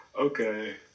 Okay